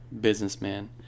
businessman